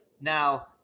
Now